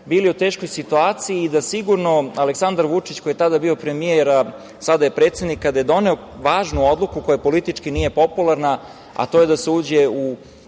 bili u teškoj situaciji i da sigurno Aleksandar Vučić, koji je tada bio premijer a sada je predsednik, kada je doneo važnu odluku koja politički nije popularna, a to je da se uđe